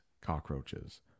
cockroaches